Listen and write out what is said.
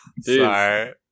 Sorry